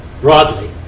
broadly